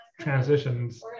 transitions